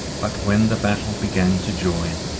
but when the battle began to join,